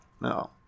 no